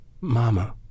Mama